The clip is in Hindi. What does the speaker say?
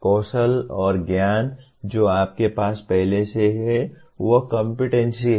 कौशल और ज्ञान जो आपके पास पहले से है वह कम्पेटेन्सी है